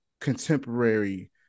contemporary